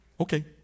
Okay